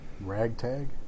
Ragtag